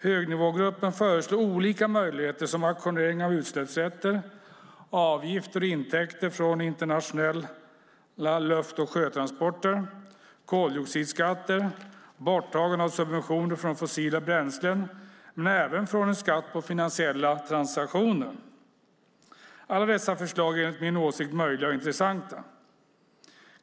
Högnivågruppen föreslår olika möjligheter, som auktionering av utsläppsrätter, avgifter och intäkter från internationella luft och sjötransporter, koldioxidskatter och borttagande av subventioner från fossila bränslen men även en skatt på finansiella transaktioner. Alla dessa förslag är enligt min åsikt möjliga och intressanta.